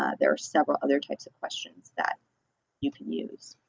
ah there are several other types of questions that you can use.